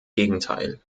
gegenteil